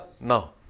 Now